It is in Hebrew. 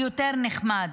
יותר נחמד,